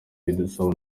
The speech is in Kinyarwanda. bidusaba